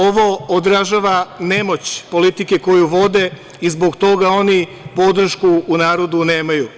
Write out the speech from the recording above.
Ovo odražava nemoć politike koju vode i zbog toga oni podršku u narodu nemaju.